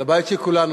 לבית של כולנו,